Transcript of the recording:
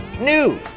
new